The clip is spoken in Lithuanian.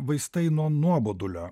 vaistai nuo nuobodulio